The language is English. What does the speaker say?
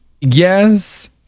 yes